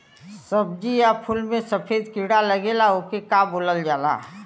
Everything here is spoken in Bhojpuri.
सब्ज़ी या फुल में सफेद कीड़ा लगेला ओके का बोलल जाला?